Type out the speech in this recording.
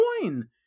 coin